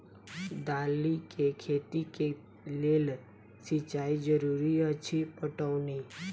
दालि केँ खेती केँ लेल सिंचाई जरूरी अछि पटौनी?